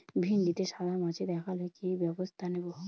ভিন্ডিতে সাদা মাছি দেখালে কি ব্যবস্থা নেবো?